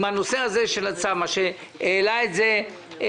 עם הנושא הזה של הצו, מה שהעלה את זה חבר